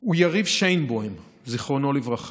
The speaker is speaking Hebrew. הוא יריב שיינבוים, זיכרונו לברכה.